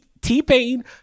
T-Pain